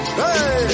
hey